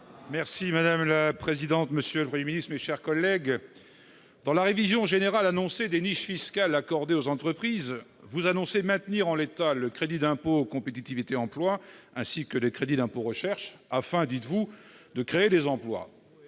Merci madame la présidente, monsieur le 1er ministre, mes chers collègues dans la révision générale annoncée des niches fiscales accordées aux entreprises, vous annoncez maintenir en l'état, le crédit d'impôt, compétitivité, emploi, ainsi que le crédit d'impôt recherche afin, dites-vous, de créer des emplois,